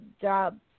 job